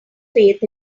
faith